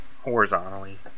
horizontally